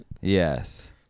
Yes